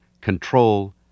control